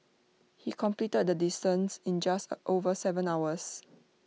he completed the distance in just over Seven hours